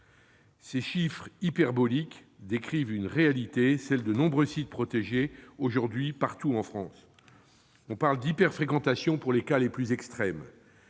ces chiffres hyperboliques décrivent une réalité, celle de nombreux sites protégés aujourd'hui partout en France. On parle « d'hyper-fréquentation » pour les cas extrêmes,